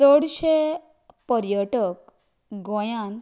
चडशे पर्यटक गोंयांत